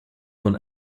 von